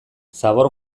zabor